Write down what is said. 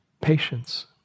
patience